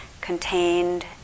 contained